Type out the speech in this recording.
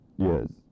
Yes